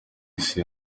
isi